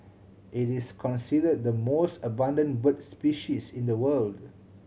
it is considered the most abundant bird species in the world